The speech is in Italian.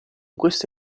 questo